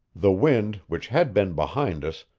the wind, which had been behind us,